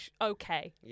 okay